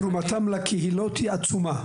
תרומתם לקהילות היא עצומה.